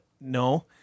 no